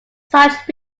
such